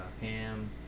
ham